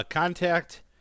Contact